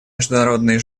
международной